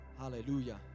hallelujah